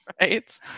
Right